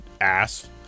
ass